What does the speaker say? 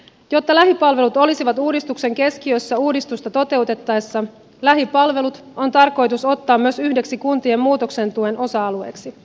jotta lähipalvelut olisivat uudistuksen keskiössä uudistusta toteutettaessa lähipalvelut on tarkoitus ottaa myös yhdeksi kuntien muutoksen tuen osa alueeksi